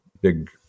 big